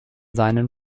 seinen